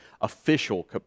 official